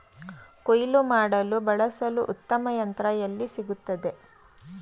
ಕುಯ್ಲು ಮಾಡಲು ಬಳಸಲು ಉತ್ತಮ ಯಂತ್ರ ಎಲ್ಲಿ ಸಿಗುತ್ತದೆ?